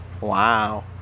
wow